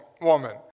woman